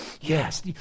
yes